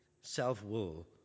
self-will